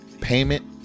payment